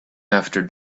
after